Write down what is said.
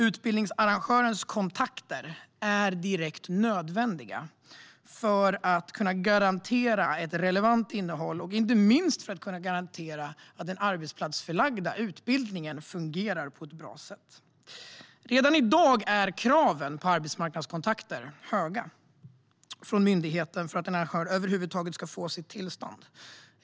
Utbildningsarrangörens kontakter är direkt nödvändiga för att man ska kunna garantera ett relevant innehåll och inte minst för att man ska kunna garantera att den arbetsplatsförlagda utbildningsdelen fungerar på ett bra sätt. Redan i dag ställer myndigheten höga krav på arbetsmarknadskontakter för att en arrangör över huvud taget ska få tillstånd.